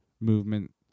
movement